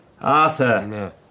Arthur